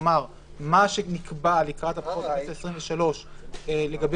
שתאמר שמה שנקבע לקראת הבחירות לכנסת העשרים-ושלוש לגבי